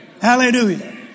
Hallelujah